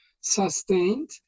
sustained